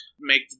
make